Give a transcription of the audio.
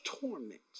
torment